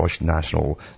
national